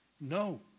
No